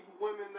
women